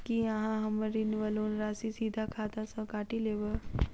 की अहाँ हम्मर ऋण वा लोन राशि सीधा खाता सँ काटि लेबऽ?